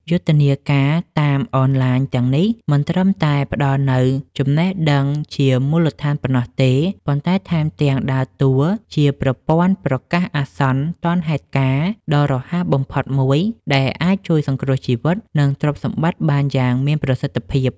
យុទ្ធនាការតាមអនឡាញទាំងនេះ មិនត្រឹមតែផ្ដល់នូវចំណេះដឹងជាមូលដ្ឋានប៉ុណ្ណោះទេ ប៉ុន្តែថែមទាំងដើរតួជាប្រព័ន្ធប្រកាសអាសន្នទាន់ហេតុការណ៍ ដ៏រហ័សបំផុតមួយ ដែលអាចជួយសង្គ្រោះជីវិត និងទ្រព្យសម្បត្តិបានយ៉ាងមានប្រសិទ្ធភាព។